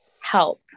help